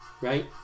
right